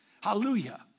Hallelujah